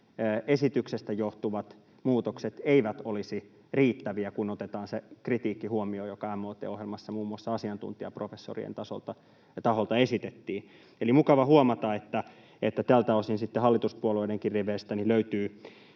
esityksestä johtuvat muutokset eivät olisi riittäviä, kun otetaan huomioon se kritiikki, joka MOT-ohjelmassa muun muassa asiantuntijaprofessorien taholta esitettiin. Eli mukava huomata, että tältä osin sitten hallituspuolueidenkin riveistä löytyy